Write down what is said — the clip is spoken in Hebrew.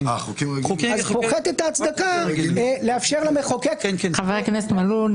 פוחתת ההצדקה לאפשר למחוקק --- חבר הכנסת מלול,